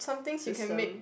system